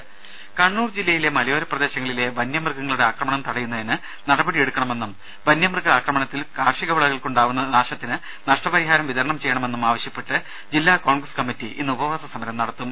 ദേദ കണ്ണൂർ ജില്ലയിലെ മലയോര പ്രദേശങ്ങളിലെ വന്യമൃഗങ്ങളുടെ അക്രമണം തടയുന്നതിന് നടപടിയെടുക്കണമെന്നും വന്യമൃഗ ആക്രമണത്തിൽ കാർഷിക വിളകൾക്കുണ്ടാവുന്ന നാശത്തിന് നഷ്ടപരിഹാരം വിതരണം ചെയ്യണമെന്നും ആവശ്യപ്പെട്ട് ജില്ലാ കോൺഗ്രസ് കമ്മിറ്റി ഇന്ന് ഉപവാസ സമരം നടത്തും